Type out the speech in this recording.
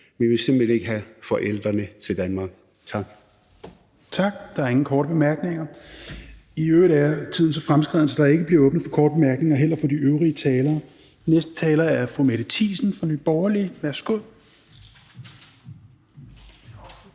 (Rasmus Helveg Petersen): Tak. Der er ingen korte bemærkninger. I øvrigt er tiden så fremskreden, at der heller ikke bliver åbnet for korte bemærkninger for de øvrige talere. Næste taler er fru Mette Thiesen fra Nye Borgerlige. Værsgo.